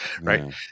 right